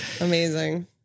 Amazing